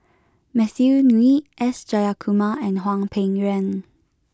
Matthew Ngui S Jayakumar and Hwang Peng Yuan